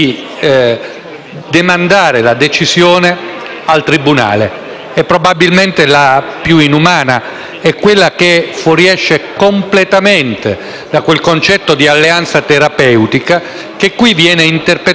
è probabilmente la più inumana, quella che fuoriesce completamente da quel concetto di alleanza terapeutica che qui viene interpretato in maniera differente, ma che nessuno di noi ha rigettato.